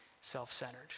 self-centered